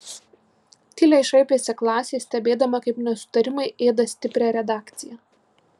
tyliai šaipėsi klasė stebėdama kaip nesutarimai ėda stiprią redakciją